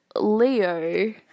Leo